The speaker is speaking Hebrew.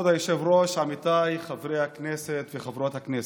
כבוד היושב-ראש, עמיתיי חברי הכנסת וחברות הכנסת,